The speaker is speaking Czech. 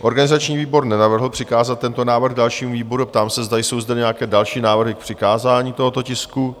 Organizační výbor nenavrhl přikázat tento návrh dalšímu výboru a ptám se, zda jsou zde nějaké další návrhy k přikázání tohoto tisku?